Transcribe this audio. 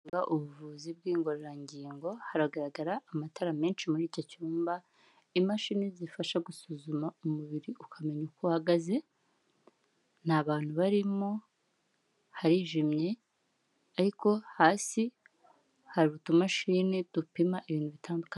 Kureba ubuvuzi bw'ingororangingo haragaragara amatara menshi muri icyo cyumba imashini zifasha gusuzuma umubiri ukamenya uko uhagaze, ntabantu barimo hasi harijimye ariko hasi hari utumashini dupima ibintu bitandukanye..